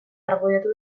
argudiatu